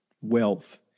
wealth